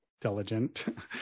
diligent